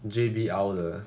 J_B_L 的